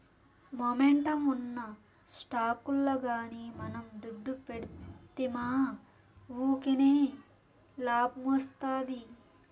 momentum ఉన్న స్టాకుల్ల గానీ మనం దుడ్డు పెడ్తిమా వూకినే లాబ్మొస్తాది